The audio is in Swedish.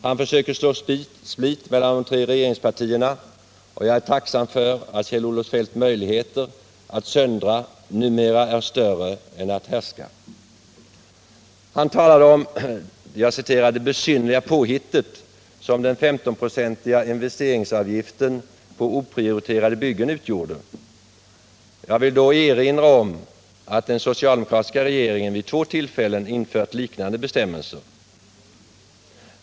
Han försöker så split mellan de tre regeringspartierna, och jag är tacksam för att Kjell-Olof Feldts möjligheter att söndra numera är större än hans möjligheter att härska. Kjell-Olof Feldt talade om ”det besynnerliga påhitt” som den 15 procentiga investeringsavgiften på oprioriterade byggen utgjorde. Jag vill då erinra om att den socialdemokratiska regeringen vid två tillfällen införde liknande bestämmelser.